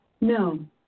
No